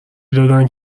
دادند